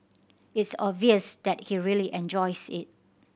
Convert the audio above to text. it's obvious that he really enjoys it